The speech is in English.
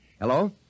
Hello